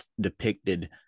depicted